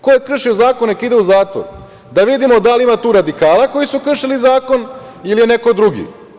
Ko je kršio zakon neka ide u zatvor, da vidimo da li ima tu radikali koji su kršili zakon ili je neko drugi.